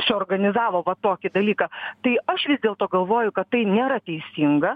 suorganizavo va tokį dalyką tai aš vis dėlto galvoju kad tai nėra teisinga